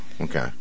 Okay